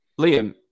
Liam